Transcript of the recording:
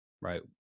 right